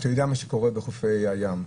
אתה יודע מה שקורה בחופי הים,